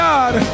God